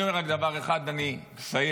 אני אומר רק דבר אחד ואני מסיים.